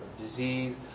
disease